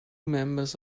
members